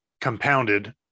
compounded